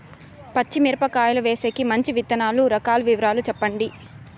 పచ్చి మిరపకాయలు వేసేకి మంచి విత్తనాలు రకాల వివరాలు చెప్పండి?